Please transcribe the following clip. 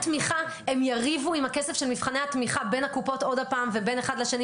הם יריבו עם הכסף של מבחני התמיכה בין הקופות עוד הפעם ובין אחד לשני,